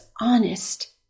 honest